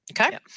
okay